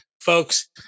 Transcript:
Folks